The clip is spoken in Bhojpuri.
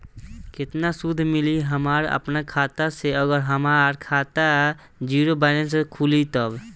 केतना सूद मिली हमरा अपना खाता से अगर हमार खाता ज़ीरो बैलेंस से खुली तब?